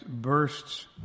bursts